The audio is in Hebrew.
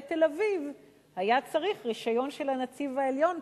תל-אביב היה צריך רשיון של הנציב העליון,